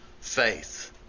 faith